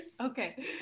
Okay